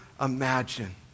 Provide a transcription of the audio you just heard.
imagine